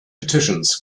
petitions